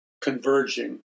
converging